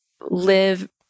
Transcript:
live